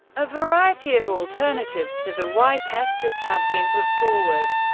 a variety of alternatives to the y. pestis have been put forward.